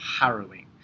harrowing